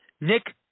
Nick